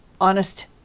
honest